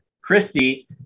Christy